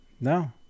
no